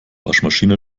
waschmaschine